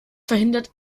verhindert